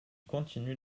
continue